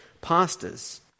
pastors